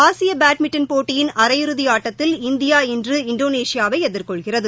ஆசிய பேட்மிண்டன் போட்டியின் அரை இறுதி ஆட்டத்தில் இந்தியா இன்று இந்தோனேஷியாவை எதிர்கொள்கிறது